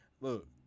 Look